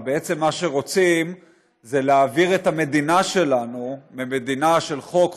אבל בעצם מה שרוצים זה להעביר את המדינה שלנו ממדינה של חוק,